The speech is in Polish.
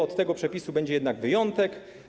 Od tego przepisu będzie jednak wyjątek.